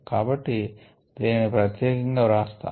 కాబట్టి దీనిని ప్రత్యేకంగా వ్రాస్తాము